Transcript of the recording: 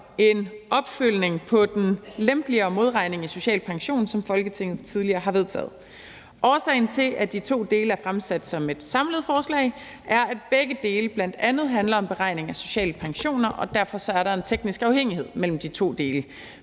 en opfølgning på den lempeligere modregning i social pension, som Folketinget tidligere har vedtaget. Årsagen til, at de to dele er fremsat som et samlet forslag, er, at begge dele bl.a. handler om beregning af sociale pensioner, og derfor er der en teknisk afhængighed mellem de to dele.